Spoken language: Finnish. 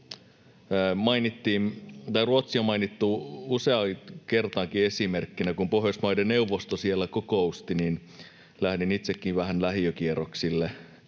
Ruotsi on mainittu useaan kertaankin esimerkkinä. Kun Pohjoismaiden neuvosto siellä kokousti, lähdin itsekin vähän lähiökierroksille.